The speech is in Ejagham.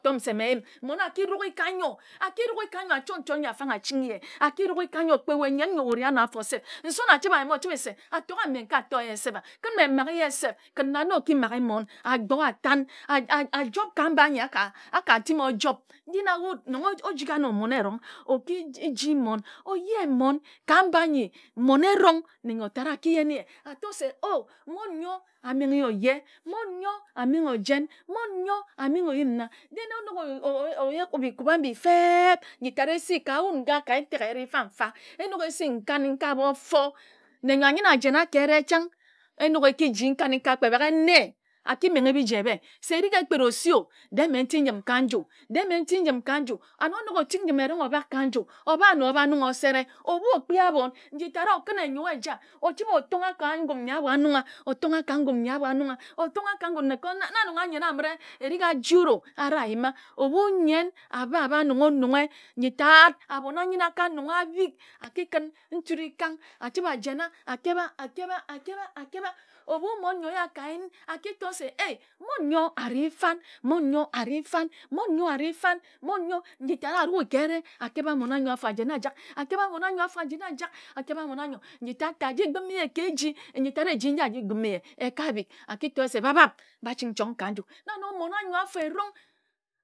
A to se mmen yim mmon a ki rughe ka nnyo a ki rughe ka nnyo a chot nchot nyi a fan a chinghi ye. A rughe ka nnyo kpe nnyen o ri ano afo nson a chəbhe yima a o chəbhe se a tonghama kən mme n ka to ye sef a kən mme m nn maghe ye sef kən nan na o ki maghe mmon a gbo a tan a job ka mba nyi a k a ka timi o job nji wat nong jik ano mmon o ki ji mmon o ye mmon ka mba nyi mmon erong nne nyo tat a ki yen ye a to se o mmon nyo a meghe o ye. Mmon nyo a maghe o jen mmon nyo amenghe o yim nna den o nok oo o yuk bi kubhe abhi fep nji tat e si ka wat nga ka ntek eyere mfamfa e nok e si nkaninka bofo nne nyo a nyəne a jena ka ere chang E nok e ki ji nkaninka bofo kpe baghe nne a ki menghe biji ebhe se erik e kpet o si o dee mme n ti njəm ka nju. Dee mme ti njim ka nju. An o nok o ti njim ka nju, o bha ano o bha nunghe o sere obhu o kpi abhon nji tat o kən enyoe eja o chəbhe o tongha ka ngum nyi abho a nungha. O tongha ngum nyi abho a nungha o tongha ka ngum na nong anyen aməre erik ajii wut o ari a yima obhu nnyen a bha a bha nunghe nji tat abhon a nyəne a ka nunghe a bhik a ki kən nturikang a chəbhe a jena a kebha a kebha a kebha a kebha. obhu mmon nyo ye a ka yen a ki to ei mmon nyo a ri fan, mmon nyo a ri fan mmon nyo a ri fan mmon nyo nji tat a rue ke etimere a nora mmon anyo afo a jena a jak, a kebha mmon anyo afo a jena a jak a kebha mmon anyo nji tat ta a ji gbəme ye ka eji n ji tat e ji nji a ji gbəme ye e ka nob, e ka bhik a ki to ye se bab bab ba ching e kuri bak ching chong ka nju mmon anyo erong a ki